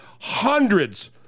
hundreds